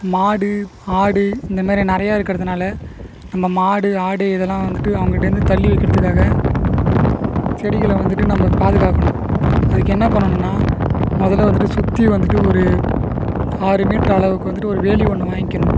மாடு ஆடு இந்த மாதிரி நிறையா இருக்கிறதுனால நம்ம மாடு ஆடு இதெல்லாம் வந்துட்டு அவங்கட்டேந்து தள்ளி வைக்கிறதுக்காக செடிகளை வந்துட்டு நம்ப பாதுகாக்கனும் அதுக்கு என்ன பண்ணனுனா முதல்ல வந்துட்டு சுற்றி வந்துட்டு ஒரு ஆறு மீட்ரு அளவுக்கு வந்துட்டு ஒரு வேலி ஒன்று வாங்கிக்கணும்